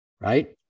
Right